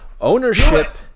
Ownership